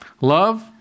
Love